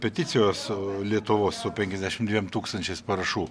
peticijos lietuvos su penkiasdešim dviem tūkstančiais parašų